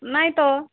ନାଇଁ ତ